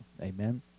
Amen